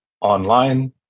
online